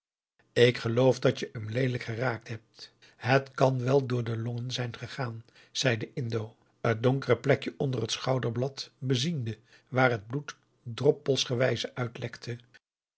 ik geloof dat je hem leelijk geraakt hebt het kan wel door de long zijn gegaan zei de indo het donkere plekje onder het schouderblad beziende waar het bloed drop pelsgewijze uitlekte